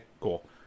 cool